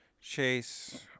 Chase